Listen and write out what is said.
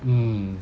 mm